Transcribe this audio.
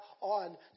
on